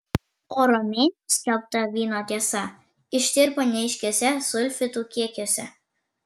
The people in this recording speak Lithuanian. o romėnų skelbta vyno tiesa ištirpo neaiškiuose sulfitų kiekiuose